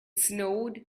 snowed